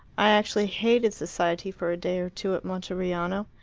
i actually hated society for a day or two at monteriano.